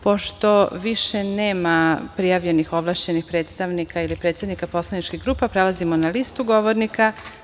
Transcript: Pošto više nema prijavljenih ovlašćenih predstavnika ili predsednika poslaničkih grupa, prelazimo na listu govornika.